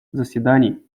заседаний